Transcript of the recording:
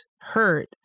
hurt